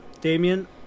Damien